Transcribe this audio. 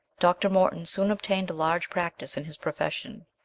dr. morton soon obtained a large practice in his profession,